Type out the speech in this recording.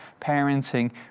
parenting